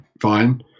fine